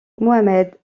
mohamed